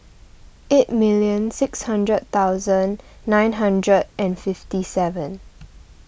eight million six hundred thousand nine hundred and fifty seven